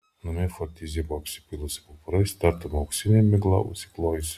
namie forzitija buvo apsipylusi pumpurais tartum auksine migla užsiklojusi